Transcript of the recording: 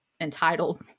entitled